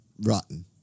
rotten